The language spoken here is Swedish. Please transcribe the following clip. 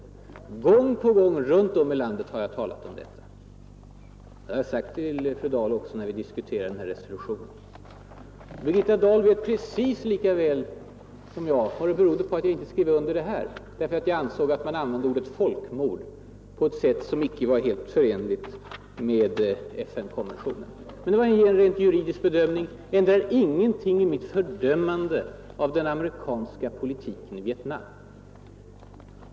Gång på gång runt om i landet har jag talat om detta. Det har jag också sagt till fru Dahl när vi diskuterade den här resolutionen. Birgitta Dahl vet precis lika väl som jag vad det berodde på att jag inte skrev under det här uppropet. Det var därför att jag ansåg att man använde ordet ”folkmord” på ett sätt som icke var helt förenligt med FN-konventionen. Men det var en rent juridisk bedömning. Det ändrar ingenting i mitt fördömande av den amerikanska politiken i Vietnam.